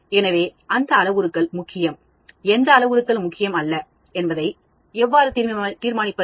எனவே எந்த அளவுருக்கள் முக்கியம் எந்த அளவுருக்கள் முக்கியமல்ல என்பதை நான் எவ்வாறு தீர்மானிப்பது